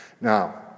Now